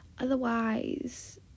otherwise